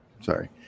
Sorry